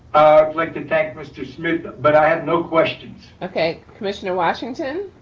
i'd like to thank mr. smith, but i have no questions. okay, commissioner washington.